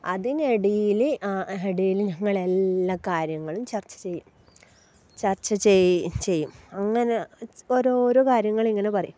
അതിനിടയിൽ ഇടയിൽ ഞങ്ങൾ എല്ലാ കാര്യങ്ങളും ചർച്ച ചെയ്യും ചർച്ച ചെയ്യും അങ്ങനെ ഓരോരോ കാര്യങ്ങൾ ഇങ്ങനെ പറയും